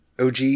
OG